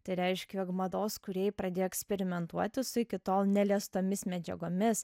tai reiškia jog mados kūrėjai pradėjo eksperimentuoti su iki tol neliestomis medžiagomis